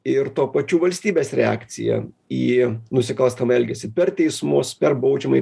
ir tuo pačiu valstybės reakcija į nusikalstamą elgesį per teismus per baudžiamąjį